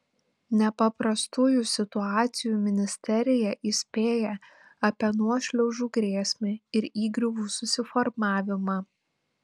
nepaprastųjų situacijų ministerija įspėja apie nuošliaužų grėsmę ir įgriuvų susiformavimą